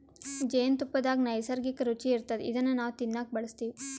ಜೇನ್ತುಪ್ಪದಾಗ್ ನೈಸರ್ಗಿಕ್ಕ್ ರುಚಿ ಇರ್ತದ್ ಇದನ್ನ್ ನಾವ್ ತಿನ್ನಕ್ ಬಳಸ್ತಿವ್